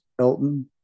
Elton